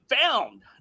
found